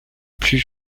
plus